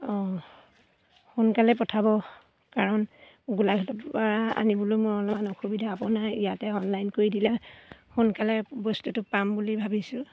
অঁ সোনকালে পঠাব কাৰণ গোলাঘাটৰ পৰা আনিবলৈ মোৰ অলপমান অসুবিধা আপোনাৰ ইয়াতে অনলাইন কৰি দিলে সোনকালে বস্তুটো পাম বুলি ভাবিছোঁ